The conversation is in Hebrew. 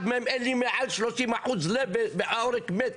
אין לי מחר 30% לב והעורק מת,